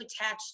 attached